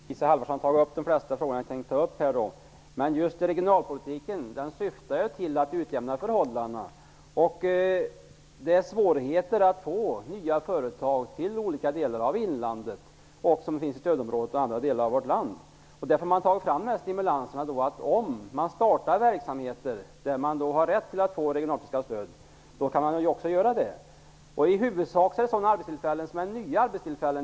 Fru talman! Isa Halvarsson har tagit upp de flesta av de frågor jag hade tänkt ta upp. Just regionalpolitiken syftar ju till att utjämna förhållandena. Det är svårigheter att få nya företag till olika delar av inlandet -- till stödområdet och till andra delar av vårt land. Det är därför man har tagit fram stimulanser för dem som startar verksamheter; de har rätt att få regionalpolitiskt stöd. I huvudsak handlar det om nya arbetstillfällen.